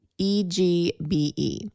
EGBE